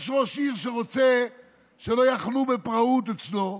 יש ראש עיר שרוצה שלא יחנו בפראות אצלו,